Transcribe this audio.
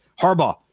Harbaugh